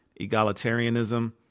egalitarianism